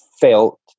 felt